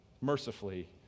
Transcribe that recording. mercifully